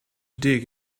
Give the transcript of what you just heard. dig